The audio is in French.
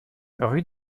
rue